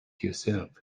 yourself